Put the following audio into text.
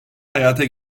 hayata